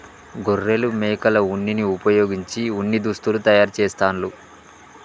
గొర్రెలు మేకల ఉన్నిని వుపయోగించి ఉన్ని దుస్తులు తయారు చేస్తాండ్లు